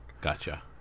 Gotcha